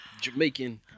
Jamaican